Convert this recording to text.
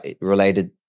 related